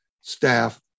staff